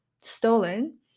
stolen